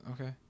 Okay